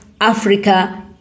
Africa